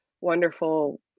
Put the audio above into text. wonderful